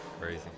crazy